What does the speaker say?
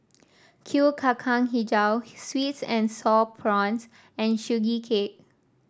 Kuih Kacang hijau sweet and sour prawns and Sugee Cake